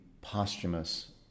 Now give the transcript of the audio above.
posthumous